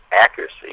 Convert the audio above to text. accuracy